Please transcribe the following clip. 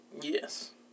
Yes